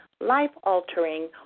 life-altering